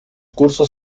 cursos